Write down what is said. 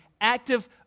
active